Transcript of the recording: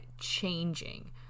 changing